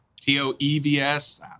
T-O-E-V-S